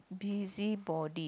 busybody